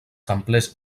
templers